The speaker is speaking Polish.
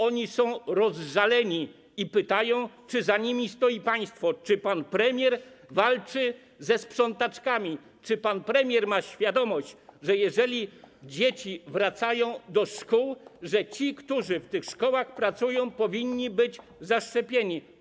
Oni są rozżaleni i pytają, czy za nimi stoi państwo, czy pan premier walczy ze sprzątaczkami, czy pan premier ma świadomość, że jeżeli dzieci wracają do szkół, ci, którzy w tych szkołach pracują, powinni być zaszczepieni.